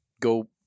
go